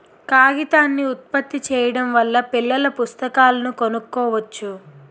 కాగితాన్ని ఉత్పత్తి చేయడం వల్ల పిల్లల పుస్తకాలను కొనుక్కోవచ్చు